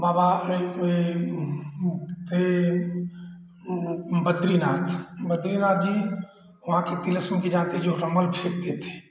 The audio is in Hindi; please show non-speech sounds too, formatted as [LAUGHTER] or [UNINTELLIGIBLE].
बाबा थे बद्रीनाथ बद्रीनाथ जी वहाँ के तिलस्म की [UNINTELLIGIBLE] जो रमल फेंकते थे